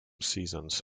seasons